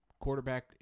quarterback